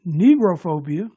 negrophobia